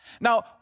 Now